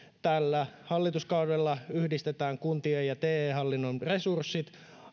tällä hallituskaudella yhdistetään kuntien ja te hallinnon resurssit